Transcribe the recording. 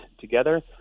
together